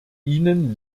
ihnen